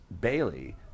Bailey